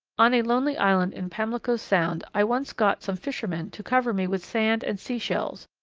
on a lonely island in pamlico sound i once got some fishermen to cover me with sand and sea-shells,